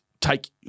take